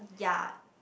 yea